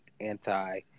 anti